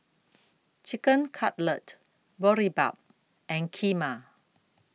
Chicken Cutlet Boribap and Kheema